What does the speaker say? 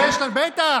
בטח.